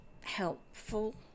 helpful